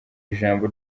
ijambo